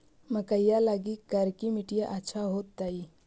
मकईया लगी करिकी मिट्टियां अच्छा होतई